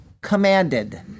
commanded